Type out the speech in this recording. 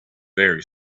very